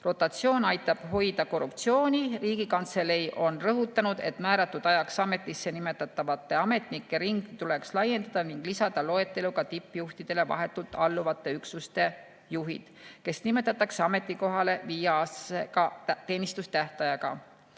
Rotatsioon aitab [ära] hoida korruptsiooni. Riigikantselei on rõhutanud, et määratud ajaks ametisse nimetatavate ametnike ringi tuleks laiendada ning lisada loetellu ka tippjuhtidele vahetult alluvate üksuste juhid, kes nimetatakse ametikohale viieaastase teenistustähtajaga.